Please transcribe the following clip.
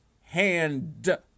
hand-